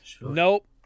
Nope